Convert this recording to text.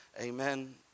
amen